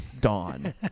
dawn